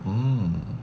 mm